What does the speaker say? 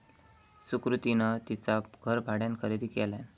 सुकृतीन तिचा घर भाड्यान खरेदी केल्यान